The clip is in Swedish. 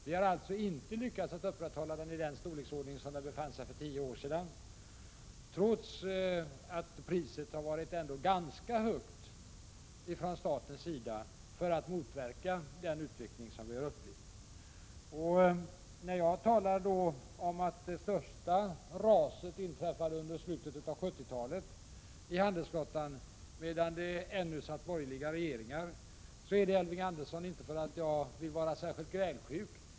Vi har inte lyckats upprätthålla handelsflottan i den storleksordning som den hade för tio år sedan, trots att priset för att motverka den utveckling som ägt rum varit ganska högt. Att jag talat om att det största raset i handelsflottan inträffade under slutet av 70-talet, medan vi ännu hade borgerliga regeringar, beror inte, Elving Andersson, på att jag vill vara särskilt grälsjuk.